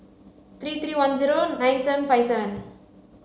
three three one zero nine seven five seven